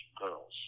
girls